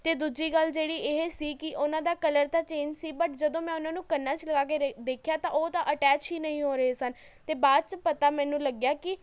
ਅਤੇ ਦੂਜੀ ਗੱਲ ਜਿਹੜੀ ਇਹ ਸੀ ਕਿ ਉਹਨਾਂ ਦਾ ਦਾ ਚੇਂਜ਼ ਸੀ ਬਟ ਜਦੋਂ ਮੈਂ ਉਨ੍ਹਾਂ ਨੂੰ ਕੰਨਾਂ 'ਚ ਲਗਾ ਕੇ ਦੇਖਿਆ ਤਾਂ ਉਹ ਤਾਂ ਅਟੈਚ ਹੀ ਨਹੀਂ ਹੋ ਰਹੇ ਸਨ ਤਾਂ ਬਾਅਦ 'ਚ ਪਤਾ ਮੈਨੂੰ ਲੱਗਿਆ ਕਿ